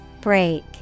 Break